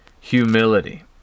humility